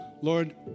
Lord